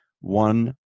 One